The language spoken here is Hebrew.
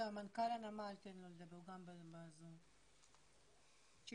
אני לא יכול לרוץ בצורה כזו בזום, או